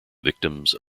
victims